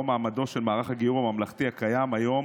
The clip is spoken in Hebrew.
שבו מעמדו של מערך הגיור הממלכתי הקיים היום